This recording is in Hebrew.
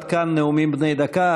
עד כאן נאומים בני דקה.